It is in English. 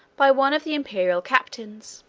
by one of the imperial captains